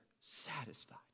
satisfied